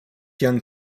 young